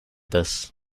this